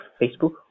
Facebook